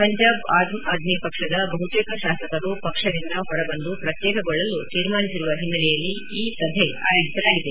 ಪಂಜಾಬ್ ಆಮ್ ಆದ್ಮಿ ಪಕ್ಷದ ಬಹುತೇಕ ಶಾಸಕರು ಪಕ್ಷದಿಂದ ಹೊರ ಬಂದು ಪ್ರತ್ಯೇಕಗೊಳ್ಳಲು ತೀರ್ಮಾನಿಸಿರುವ ಹಿನ್ನೆಲೆಯಲ್ಲಿ ಈ ಸಭೆ ಆಯೋಜಿಸಲಾಗಿದೆ